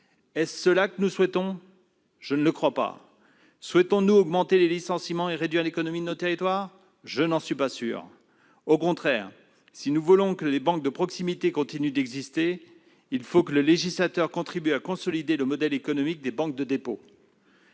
Est-ce cela que nous souhaitons ? Je ne le crois pas. Souhaitons-nous augmenter les licenciements et réduire l'économie sur nos territoires ? Je n'en suis pas sûr ... Au contraire, si nous voulons que les banques de proximité continuent d'exister, il faut que le législateur contribue à consolider le modèle économique des banques de dépôt.